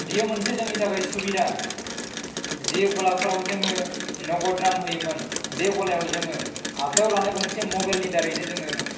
बेयो मोनसे जोंनि थाखाय सुबिदा जे गलाफोराव जोङो नगद रां होयोमोन बे गालायाव जोङो आखायाव लानाय गंसे मबाइलनि दारैनो जोङो